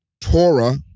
Torah